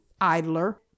idler